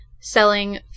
selling